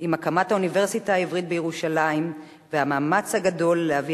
עם הקמת האוניברסיטה העברית בירושלים והמאמץ הגדול להביא